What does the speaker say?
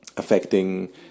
affecting